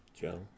Joe